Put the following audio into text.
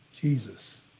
Jesus